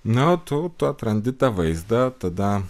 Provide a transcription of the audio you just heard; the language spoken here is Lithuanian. nu tu tu atrandi tą vaizdą tada